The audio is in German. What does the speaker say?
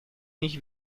mich